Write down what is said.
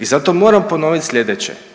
I zato moram ponoviti slijedeće,